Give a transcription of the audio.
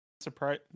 surprise